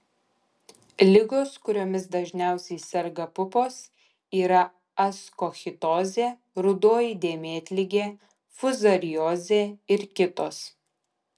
ligos kuriomis dažniausiai serga pupos yra askochitozė rudoji dėmėtligė fuzariozė ir kitos